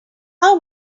how